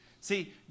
See